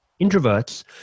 introverts